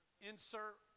insert